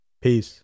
Peace